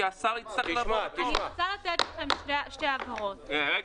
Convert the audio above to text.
כי השר יצטרך --- שתי הבהרות: אחת,